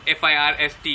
first